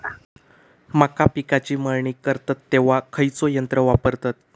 मका पिकाची मळणी करतत तेव्हा खैयचो यंत्र वापरतत?